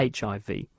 hiv